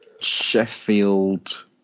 Sheffield